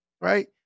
right